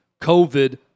COVID